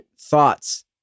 thoughts